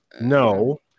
no